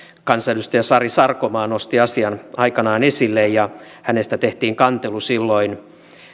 kansanedustaja sari sarkomaa nosti asian aikanaan esille ja hänestä tehtiin kantelu silloin